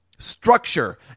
structure